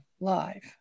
live